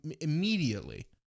immediately